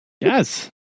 Yes